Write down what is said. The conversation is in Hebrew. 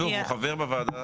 שוב, הוא חבר בוועדה.